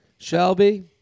Shelby